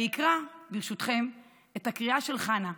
אני אקרא, ברשותכם, את הקריאה של חנה,